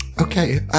Okay